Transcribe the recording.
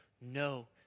no